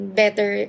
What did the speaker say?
better